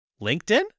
LinkedIn